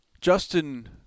Justin